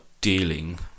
dealing